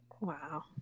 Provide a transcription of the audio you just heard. Wow